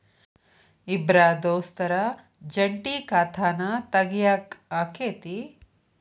ಇಬ್ರ ದೋಸ್ತರ ಜಂಟಿ ಖಾತಾನ ತಗಿಯಾಕ್ ಆಕ್ಕೆತಿ?